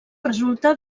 resulta